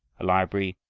a library,